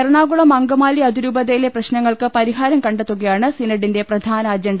എറണാകുളം അങ്കമാലി അതി രൂപതയിലെ പ്രശ്നങ്ങൾക്ക് പരിഹാരം കണ്ടെത്തുകയാണ് സിനഡിന്റെ പ്രധാന അജണ്ട